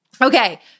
Okay